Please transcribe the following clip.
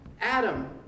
Adam